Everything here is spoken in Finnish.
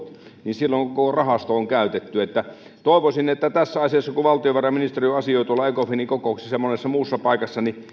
niin silloin koko rahasto on käytetty toivoisin että kun valtiovarainministeri asioi ecofinin kokouksissa ja monessa muussa paikassa hän